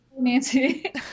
Nancy